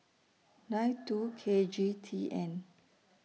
nine two K G T N